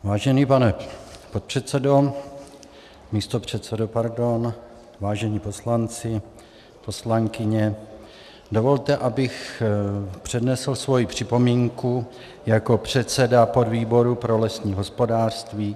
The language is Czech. Vážený pane podpředsedo, místopředsedo, pardon, vážení poslanci, poslankyně, dovolte, abych přednesl svoji připomínku jako předseda podvýboru pro lesní hospodářství.